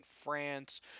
France